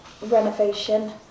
renovation